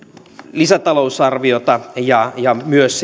lisätalousarviota ja ja myös